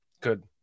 good